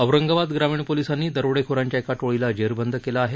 औरंगाबाद ग्रामीण पोलिसांनी दरोडेखोरांच्या एका टोळीला जेरबंद केलं आहे